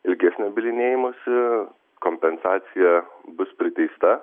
ilgesnio bylinėjimosi kompensacija bus priteista